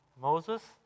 Moses